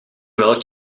welk